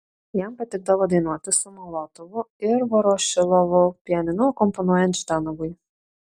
jam patikdavo dainuoti su molotovu ir vorošilovu pianinu akompanuojant ždanovui